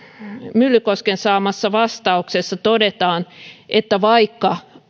myllykosken saamassa vastauksessa todetaan että vaikka